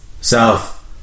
south